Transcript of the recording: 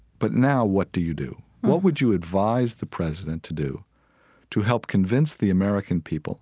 but now what do you do? what would you advise the president to do to help convince the american people